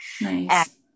Nice